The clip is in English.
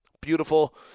Beautiful